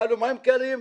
בא לו - מים קרים.